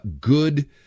good